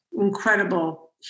incredible